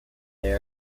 they